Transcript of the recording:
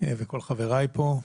וכל חבריי כאן.